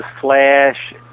flash